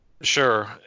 Sure